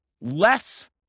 less